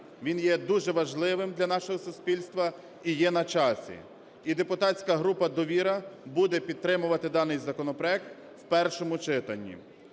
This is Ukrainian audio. Він є дуже важливим для нашого суспільства і є на часі. І депутатська група "Довіра" буде підтримувати даний законопроект в першому читанні.